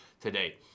today